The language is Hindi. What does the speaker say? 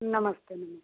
नमस्ते नमस